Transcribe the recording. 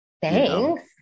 Thanks